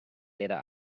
ladder